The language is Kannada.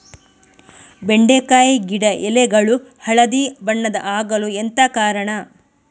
ಬೆಂಡೆಕಾಯಿ ಗಿಡ ಎಲೆಗಳು ಹಳದಿ ಬಣ್ಣದ ಆಗಲು ಎಂತ ಕಾರಣ?